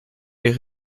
est